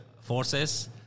forces